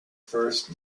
first